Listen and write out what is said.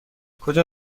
کجا